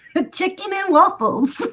the chicken and waffles